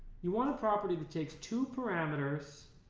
you want a property that takes two parameters,